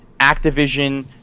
Activision